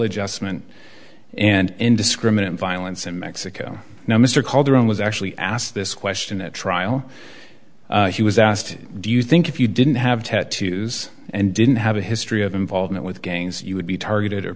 adjustment and indiscriminate violence in mexico now mr calderon was actually asked this question at trial he was asked do you think if you didn't have tattoos and didn't have a history of involvement with gangs you would be targeted